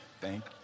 Thank